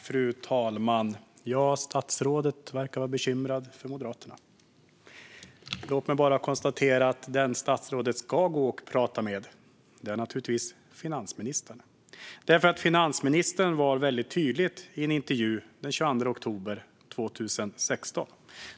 Fru talman! Statsrådet verkar vara bekymrad för Moderaterna. Låt mig bara konstatera att den statsrådet ska gå och tala med är naturligtvis finansministern. Finansministern var väldigt tydlig i en intervju den 22 oktober 2016.